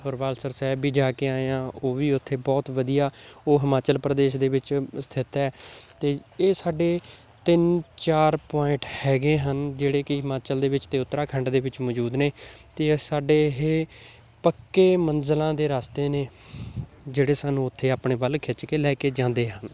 ਰਵਾਲਸਰ ਸਾਹਿਬ ਵੀ ਜਾ ਕੇ ਆਏ ਹਾਂ ਉਹ ਵੀ ਉੱਥੇ ਬਹੁਤ ਵਧੀਆ ਉਹ ਹਿਮਾਚਲ ਪ੍ਰਦੇਸ਼ ਦੇ ਵਿੱਚ ਸਥਿਤ ਹੈ ਅਤੇ ਇਹ ਸਾਡੇ ਤਿੰਨ ਚਾਰ ਪੁਆਇੰਟ ਹੈਗੇ ਹਨ ਜਿਹੜੇ ਕਿ ਹਿਮਾਚਲ ਦੇ ਵਿੱਚ ਅਤੇ ਉੱਤਰਾਖੰਡ ਦੇ ਵਿੱਚ ਮੌਜੂਦ ਨੇ ਅਤੇ ਸਾਡੇ ਇਹ ਪੱਕੇ ਮੰਜ਼ਿਲਾਂ ਦੇ ਰਸਤੇ ਨੇ ਜਿਹੜੇ ਸਾਨੂੰ ਉੱਥੇ ਆਪਣੇ ਵੱਲ ਖਿੱਚ ਕੇ ਲੈ ਕੇ ਜਾਂਦੇ ਹਨ